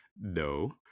No